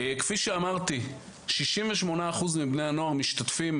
כפי שאמרתי, 68% מבני הנוער משתתפים.